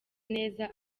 neza